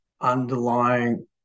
underlying